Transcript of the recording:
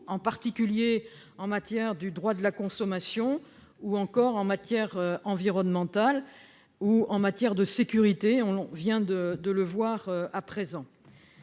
en particulier en matière de droit de la consommation, en matière environnementale ou en matière de sécurité, comme on vient de le voir.